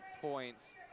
points